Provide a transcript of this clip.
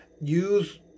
Use